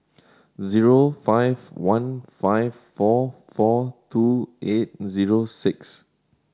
zero five one five four four two eight zero six